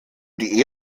die